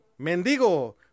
Mendigo